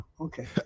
Okay